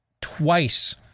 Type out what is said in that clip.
twice